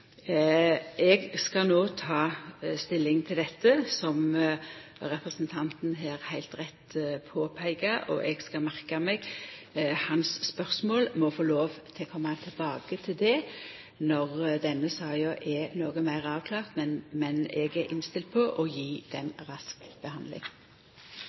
skal no ta stilling til det som representanten heilt rett påpeiker. Eg skal merka meg spørsmålet hans. Eg må få lov til å koma tilbake til det når denne saka er noko meir avklart, men eg er innstilt på å